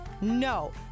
No